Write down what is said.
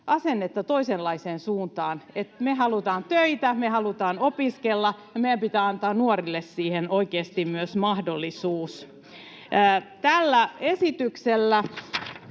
vasemmalta] niin että me halutaan töitä ja me halutaan opiskella, ja meidän pitää antaa nuorille siihen oikeasti myös mahdollisuus. Tällä esityksellä